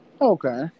Okay